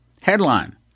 Headline